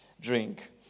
drink